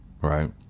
right